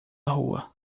rua